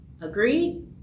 Agreed